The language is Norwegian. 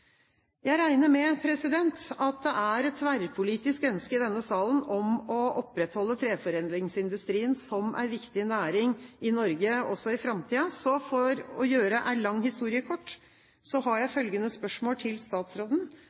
Jeg regner med at det er et tverrpolitisk ønske i denne salen om å opprettholde treforedlingsindustrien som en viktig næring i Norge også i framtiden. Så for å gjøre en lang historie kort har jeg følgende spørsmål til statsråden: